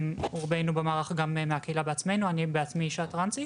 רובנו במערך גם מהקהילה בעצמינו ואני בעצמי גם אישה טרנסית